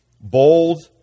Bold